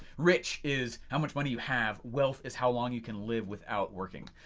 rich is how much money you have wealth is how long you can live without working.